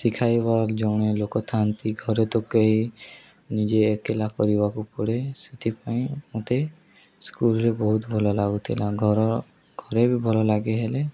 ଶିଖାଇବା ଜଣେ ଲୋକ ଥାନ୍ତି ଘରେ ତ କେହି ନିଜେ ଏକେଲା କରିବାକୁ ପଡ଼େ ସେଥିପାଇଁ ମୋତେ ସ୍କୁଲରେେ ବହୁତ ଭଲ ଲାଗୁଥିଲା ଘର ଘରେ ବି ଭଲ ଲାଗେ ହେଲେ